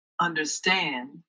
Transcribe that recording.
understand